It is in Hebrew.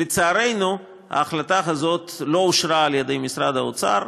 לצערנו, ההחלטה הזאת לא אושרה על-ידי משרד האוצר.